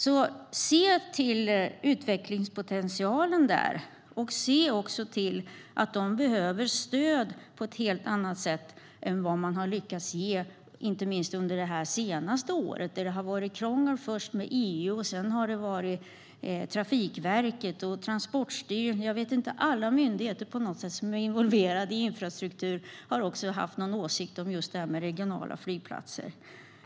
Se till utvecklingspotentialen där, och ta också hänsyn till att de behöver stöd på ett annat sätt än de har fått under det senaste året. Det har ju varit krångel först med EU och sedan med Trafikverket och Transportstyrelsen. Alla myndigheter som är involverade i infrastruktur har också haft en åsikt om detta med regionala flygplatser.